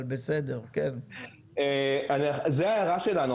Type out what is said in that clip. זאת ההערה שלנו.